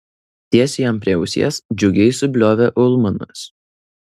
tiesiai jam prie ausies džiugiai subliovė ulmanas